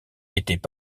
étaient